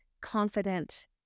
confident